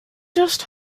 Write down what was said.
just